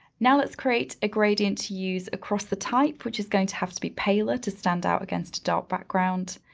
now let's create a gradient to use across the type which is going to have to be paler to stand out against a dark background.